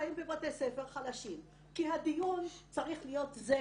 מושקעים בבתי ספר חלשים, כי הדיון צריך להיות זה,